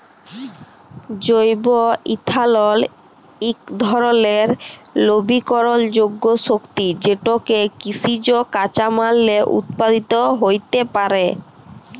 জৈব ইথালল ইক ধরলের লবিকরলযোগ্য শক্তি যেটকে কিসিজ কাঁচামাললে উৎপাদিত হ্যইতে পারে